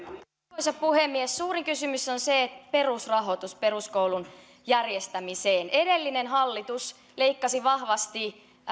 arvoisa puhemies suuri kysymys on perusrahoitus peruskoulun järjestämiseen edellinen hallitus leikkasi vahvasti